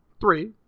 three